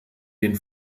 den